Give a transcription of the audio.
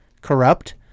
corrupt